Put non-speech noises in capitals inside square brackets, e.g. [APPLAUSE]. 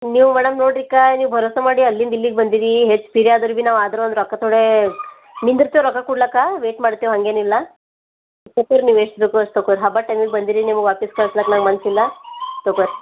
ನೀವು ಮೇಡಮ್ ನೋಡಿರಿಕ ನೀವು ಭರೋಸ ಮಾಡಿ ಅಲ್ಲಿಂದಿಲ್ಲಿಗೆ ಬಂದೀರಿ ಹೆಚ್ಚು [UNINTELLIGIBLE] ಆದರು ಭಿ ನಾವು ಅದರು ಅಲ್ಲಿ ರೊಕ್ಕ ತೋಡೆ ನಿಂದ್ರತಿವಿ ರೊಕ್ಕ ಕೊಡ್ಲಕ್ಕ ವೇಯ್ಟ್ ಮಾಡ್ತೆವು ಹಂಗೇನಿಲ್ಲ ತೊಗೊರಿ ನೀವು ಎಷ್ಟು ಬೇಕೋ ಅಷ್ಟು ತೊಗೊರಿ ಹಬ್ಬದ ಟೈಮಿಗೆ ಬಂದೀರಿ ನಿಮ್ಗೆ ವಾಪಸ್ ಕಳ್ಸ್ಲಕ್ಕೆ ನಂಗೆ ಮನಸಿಲ್ಲ ತೊಗೊರಿ